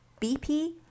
BP